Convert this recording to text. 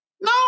No